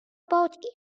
about